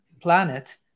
planet